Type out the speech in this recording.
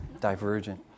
divergent